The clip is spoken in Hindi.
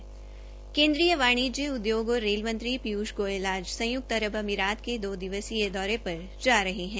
केन्द्रीय वाणिज्य उद्योग और रेल मंत्री पियुश गोयल आज संयुक्त अरब अमीरात के दो दिवसीय दौरे पर जा रहे हैं